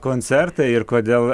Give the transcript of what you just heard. koncertą ir kodėl